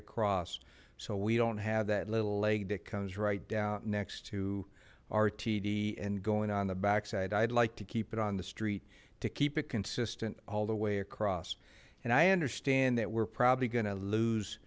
across so we don't have that little leg that comes right down next to rtd and going on the back side i'd like to keep it on the street to keep it consistent all the way across and i understand that we're probably going to lose